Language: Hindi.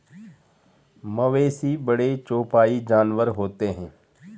मवेशी बड़े चौपाई जानवर होते हैं